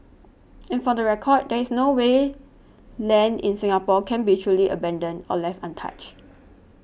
and for the record there is no way land in Singapore can be truly abandoned or left untouched